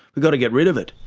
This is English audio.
we've got to get rid of it,